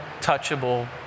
touchable